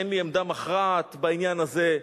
אין לי עמדה מכרעת בעניין הזה,